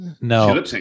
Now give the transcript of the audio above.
No